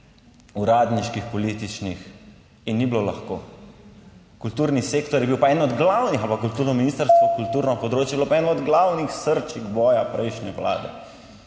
uradniških, političnih in ni bilo lahko. Kulturni sektor je bil pa eden od glavnih, ampak kulturno ministrstvo, kulturno področje je bilo pa eno od glavnih srčik boja prejšnje Vlade,